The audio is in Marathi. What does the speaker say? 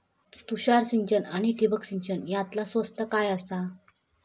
तुषार सिंचन आनी ठिबक सिंचन यातला स्वस्त काय आसा?